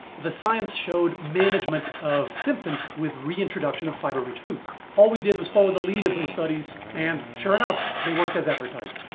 the science showed management of symptoms with reintroduction of fiber rich foods. all we did was follow the lead of those studies, and sure enough they worked as advertised.